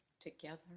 together